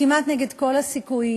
כמעט נגד כל הסיכויים,